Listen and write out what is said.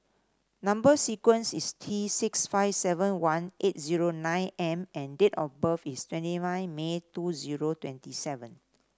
number sequence is T six five seven one eight zero nine M and date of birth is twenty five May two zero twenty seven